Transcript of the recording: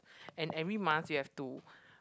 and every month you have to